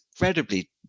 incredibly